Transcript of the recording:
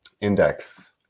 index